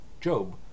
Job